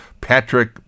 Patrick